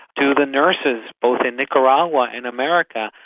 to the nurses both in nicaragua and america,